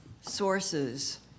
sources